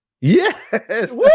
Yes